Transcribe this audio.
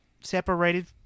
separated